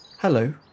Hello